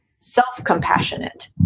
Self-compassionate